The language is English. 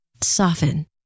Soften